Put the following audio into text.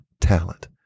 talent